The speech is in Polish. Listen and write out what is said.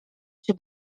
się